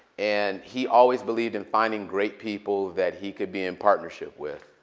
and he always believed in finding great people that he could be in partnership with.